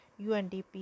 UNDP